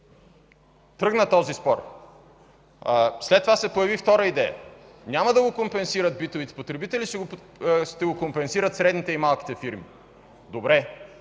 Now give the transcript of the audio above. Тръгна този спор! След това се появи втора идея – няма да го компенсират битовите потребители, ще го компенсират средните и малките фирми. Добре,